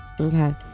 Okay